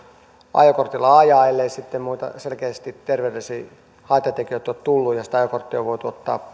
ajokortilla ajaa ellei sitten muita selkeästi terveydellisiä haittatekijöitä ole tullut ja sitä ajokorttia ei ole voitu ottaa